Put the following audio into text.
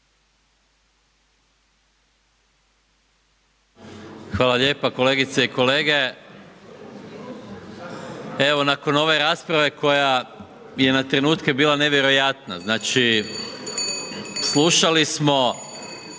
Hvala lijepa. Kolegice i kolege, evo nakon ove rasprave koja je na trenutke bila nevjerojatna, znači slušali smo